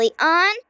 on